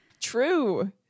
True